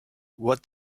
what